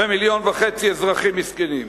ומיליון וחצי אזרחים מסכנים.